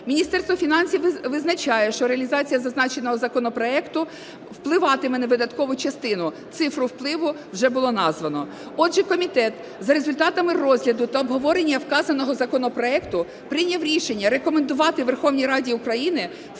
Міністерство фінансів визначає, що реалізація зазначеного законопроекту впливатиме на видаткову частину, цифру впливу вже було названо. Отже, комітет за результатами розгляду та обговорення вказаного законопроекту прийняв рішення рекомендувати Верховній Раді України в